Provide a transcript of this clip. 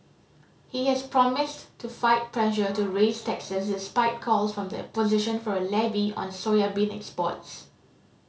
he has promised to fight pressure to raise taxes despite calls from the opposition for a levy on soybean exports